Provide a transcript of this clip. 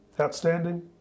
outstanding